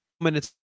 Minutes